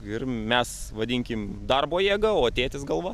ir mes vadinkim darbo jėga o tėtis galva